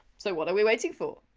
so what are we waiting for?